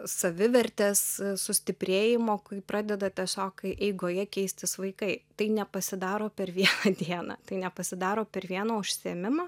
savivertės sustiprėjimo kai pradeda tiesiog eigoje keistis vaikai tai nepasidaro per vieną dieną tai nepasidaro per vieną užsiėmimą